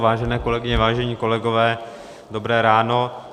Vážené kolegyně, vážení kolegové, dobré ráno.